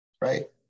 right